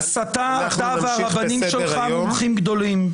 בהסתה אתה והרבנים שלך מומחים גדולים.